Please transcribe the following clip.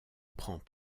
prend